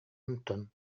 онтон